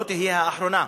לא תהיה האחרונה,